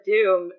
Doom